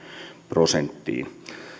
prosenttiin